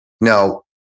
Now